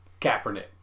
Kaepernick